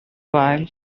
while